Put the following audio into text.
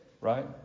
right